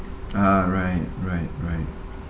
ah right right right